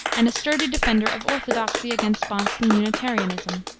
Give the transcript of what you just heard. and a sturdy defender of orthodoxy against boston unitarianism.